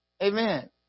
Amen